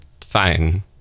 Fine